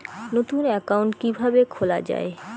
নতুন একাউন্ট কিভাবে খোলা য়ায়?